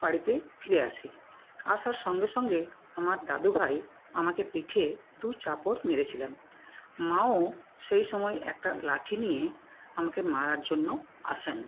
বাড়িতে ফিরে আসি আসার সঙ্গে সঙ্গে আমার দাদুভাই আমাকে পিঠে দু চাপড় মেরেছিলেন মাও সেই সময় একটা লাঠি নিয়ে আমাকে মারার জন্য আসেন